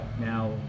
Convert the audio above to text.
Now